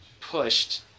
pushed